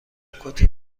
کتی